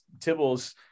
Tibble's